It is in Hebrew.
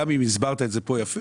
גם אם הסברת את זה פה יפה,